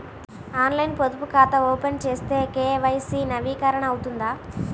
ఆన్లైన్లో పొదుపు ఖాతా ఓపెన్ చేస్తే కే.వై.సి నవీకరణ అవుతుందా?